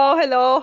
hello